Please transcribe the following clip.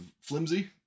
flimsy